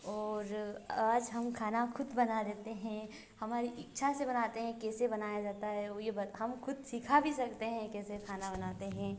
और आज़ हम खाना ख़ुद बना लेते हैं हमारी इच्छा से बनाते हैं कैसे बनाया जाता है अब वह बात हम ख़ुद सीखा भी सकते हैं कैसे खाना बनाते हैं